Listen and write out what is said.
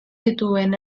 dituen